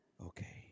okay